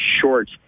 short